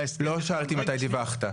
שההסכם --- לא שאלתי מתי דיווחת,